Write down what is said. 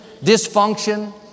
dysfunction